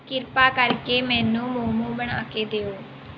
ਕਿਰਪਾ ਕਰਕੇ ਮੈਨੂੰ ਮੋਮੋ ਬਣਾ ਕੇ ਦਿਓ